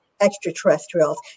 extraterrestrials